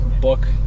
book